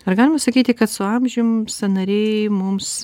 ar galima sakyti kad su amžium sąnariai mums